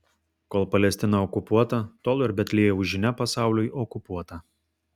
kol palestina okupuota tol ir betliejaus žinia pasauliui okupuota